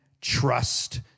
trust